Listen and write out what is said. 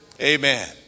amen